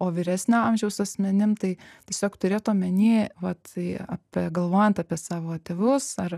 o vyresnio amžiaus asmenim tai tiesiog turėt omeny vat tai apie galvojant apie savo tėvus ar